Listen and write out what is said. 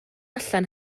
allan